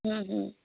ਹੁੰ ਹੁੰ